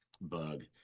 bug